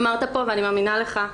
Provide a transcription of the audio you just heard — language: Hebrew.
אמרת פה ואני מאמינה לך,